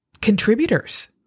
contributors